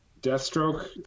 Deathstroke